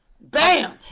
bam